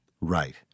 Right